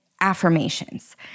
Affirmations